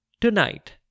tonight